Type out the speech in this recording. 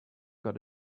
got